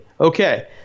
Okay